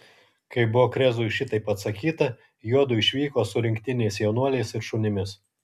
kai buvo krezui šitaip atsakyta juodu išvyko su rinktiniais jaunuoliais ir šunimis